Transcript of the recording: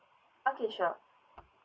okay sure